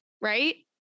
right